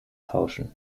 tauschen